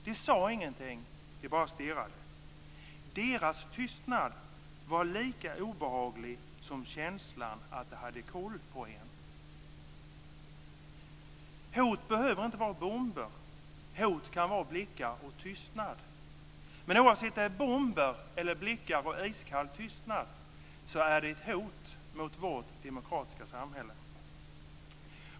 De sade inget, bara stirrade. Deras tystnad var lika obehaglig som känslan att de hade koll på en." Hot behöver inte vara bomber. Hot kan vara blickar och tystnad. Men oavsett om det är bomber, blickar eller iskall tystnad, är det ett hot mot vårt demokratiska samhälle.